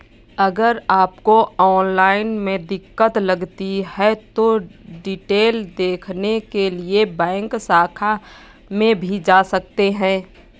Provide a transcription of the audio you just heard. अगर आपको ऑनलाइन में दिक्कत लगती है तो डिटेल देखने के लिए बैंक शाखा में भी जा सकते हैं